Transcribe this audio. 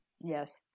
Yes